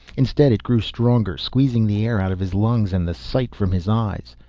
instead it grew stronger, squeezing the air out of his lungs and the sight from his eyes.